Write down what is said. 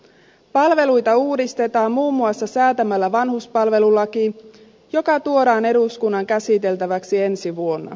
palveluita uudistetaan muun muassa säätämällä vanhuspalvelulaki joka tuodaan eduskunnan käsiteltäväksi ensi vuonna